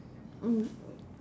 mm